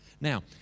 Now